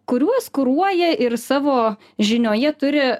kuriuos kuruoja ir savo žinioje turi